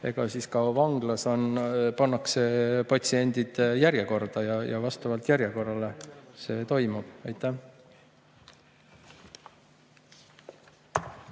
ikka, et ka vanglas pannakse patsiendid järjekorda ja vastavalt järjekorrale see toimub. Jaa.